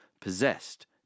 possessed